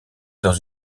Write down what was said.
dans